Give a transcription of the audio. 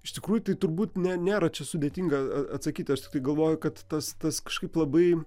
iš tikrųjų tai turbūt ne nėra čia sudėtinga atsakyti aš galvoju kad tas tas kažkaip labai